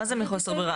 אבל מה זה מחוסר ברירה?